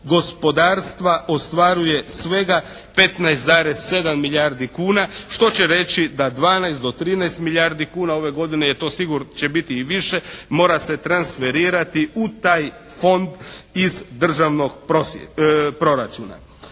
gospodarstva ostvaruje svega 15,7 milijardi kuna što će reći da 12 do 13 milijardi kuna ove godine je to sigurno će biti i više mora se transferirati u taj fond iz državnog proračuna.